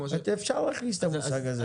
אפשר להכניס את המושג הזה.